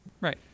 right